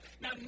Now